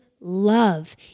love